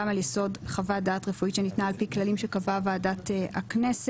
על יסוד חוות דעת רפואית שניתנה על פי כללים שקבעה ועדת הכנסת.